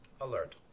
alert